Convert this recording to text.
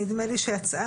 נדמה לי,